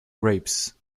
grapes